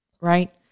right